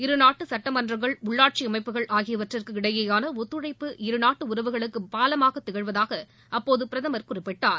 இரு நாட்டு சுட்டமன்றங்கள் உள்ளாட்சி அமைப்புகள் ஆகியவற்றக்கு இடையேயான ஒத்தழைப்பு இருநாட்டு உறவுகளுக்கு பாலமாக திகழ்வதாக அப்போது பிரதம் குறிப்பிட்டார்